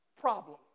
problem